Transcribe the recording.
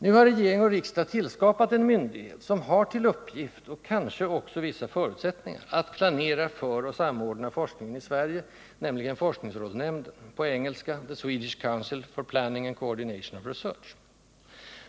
Nu har regering och riksdag tillskapat en myndighet, som har till uppgift — och kanske också vissa förutsättningar — att planera för och samordna forskningen i Sverige, nämligen forskningsrådsnämnden, på engelska The Swedish Council for planning and co-ordination of research.